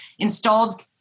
installed